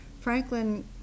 Franklin